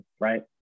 right